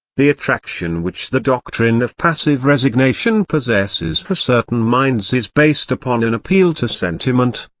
the attraction which the doctrine of passive resignation possesses for certain minds is based upon an appeal to sentiment,